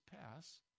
pass